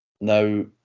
Now